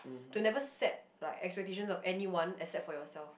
to never set like expectations of anyone except for yourself